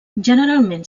generalment